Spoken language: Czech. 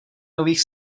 nových